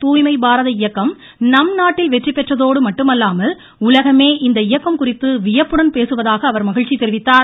தூய்மை பாரத இயக்கம் நம் நாட்டில் வெற்றிபெற்றதோடு மட்டுமல்லாமல் உலகமே இந்த இயக்கம் குறித்து வியப்புடன் பேசுவதாக அவர் மகிழ்ச்சி தெரிவித்தார்